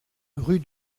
rue